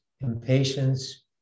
impatience